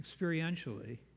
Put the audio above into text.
experientially